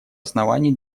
оснований